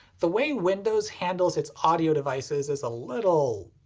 the way windows handles its audio devices is a little,